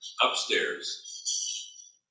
Upstairs